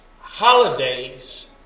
holidays